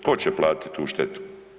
Tko će platiti tu štetu?